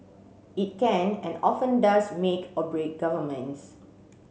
it can and often does make or break governments